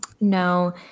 No